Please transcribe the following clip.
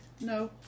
no